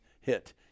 hit